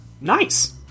Nice